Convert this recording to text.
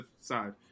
side